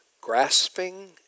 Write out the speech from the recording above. grasping